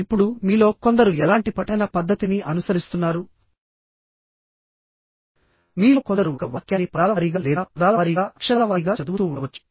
ఇప్పుడు మీలో కొందరు ఎలాంటి పఠన పద్ధతిని అనుసరిస్తున్నారు మీలో కొందరు ఒక వాక్యాన్ని పదాల వారీగా లేదా పదాల వారీగా అక్షరాల వారీగా చదువుతూ ఉండవచ్చు